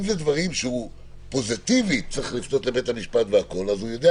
אם זה דברים שהוא פוזיטיבית צריך לפנות לבית המשפט אז הוא יודע